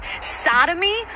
sodomy